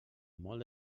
molt